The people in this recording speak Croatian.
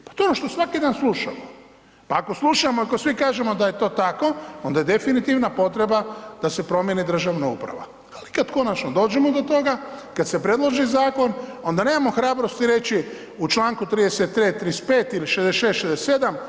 Pa to je ono što svaki dan slušamo, pa ako slušamo i ako svi kažemo da je to tako onda je definitivna potreba da se promijeni državna uprava, ali kad konačno dođemo do toga, kad se predloži zakon onda nemamo hrabrosti reći u Članku 33., 35. ili 66., 67.